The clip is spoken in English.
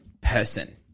person